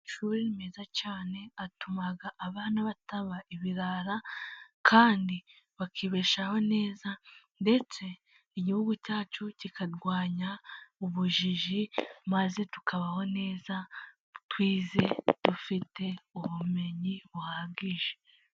Amashuri meza cyane atuma abana bataba ibirara. Kandi bakibeshaho neza, ndetse igihugu cyacu kikarwanya ubujiji maze tukabaho neza twize dufite ubumenyi buhagije.